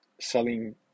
selling